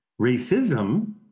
Racism